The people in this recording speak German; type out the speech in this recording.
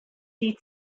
die